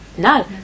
No